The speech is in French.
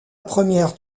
première